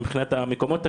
מבחינת המקומות הקדושים,